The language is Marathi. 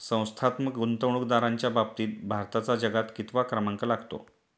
संस्थात्मक गुंतवणूकदारांच्या बाबतीत भारताचा जगात कितवा क्रमांक लागतो?